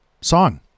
song